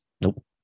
Nope